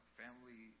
family